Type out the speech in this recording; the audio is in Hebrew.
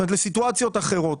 לסיטואציות אחרות,